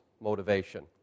motivation